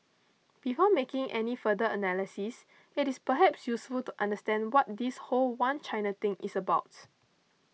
before making any further analysis it is perhaps useful to understand what this whole One China thing is about